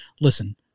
Listen